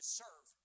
serve